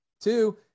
Two